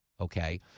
okay